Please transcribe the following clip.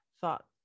thought